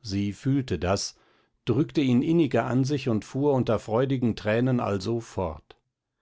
sie fühlte das drückte ihn inniger an sich und fuhr unter freudigen tränen also fort